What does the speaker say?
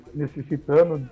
necessitando